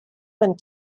when